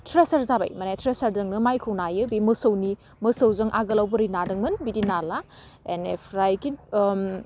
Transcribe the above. thresher जाबाय माने ट्रेसारजोंनो माइखौ नायो बे मोसौनि मोसौजों आगोलाव बोरै नादोंमोन बिदि नाला बेनेफ्राय